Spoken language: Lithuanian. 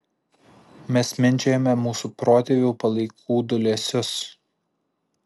mes mindžiojame mūsų protėvių palaikų dūlėsius